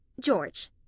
George